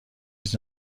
چیز